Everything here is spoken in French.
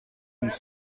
nous